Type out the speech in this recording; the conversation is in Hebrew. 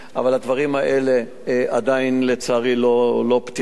אבל הדברים האלה עדיין, לצערי, לא פתירים.